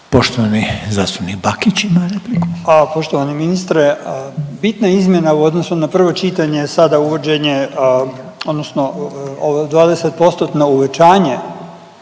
Poštovani zastupnik Bakić ima riječ. **Bakić, Damir (Možemo!)** Poštovani ministre, bitna izmjena u odnosu na prvo čitanje je sada uvođenje odnosno 20%tno uvećanje